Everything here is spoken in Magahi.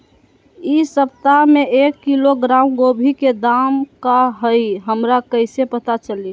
इ सप्ताह में एक किलोग्राम गोभी के दाम का हई हमरा कईसे पता चली?